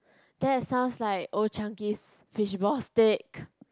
that sounds like Old-Chang-Kee's fish ball stick